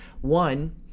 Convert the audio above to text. One